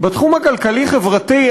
בתחום הכלכלי-חברתי,